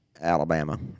Alabama